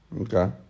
Okay